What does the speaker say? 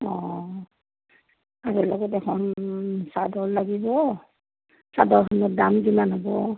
অ' তাৰ লগত এখন চাদৰ লাগিব চাদৰখনৰ দাম কিমান হ'ব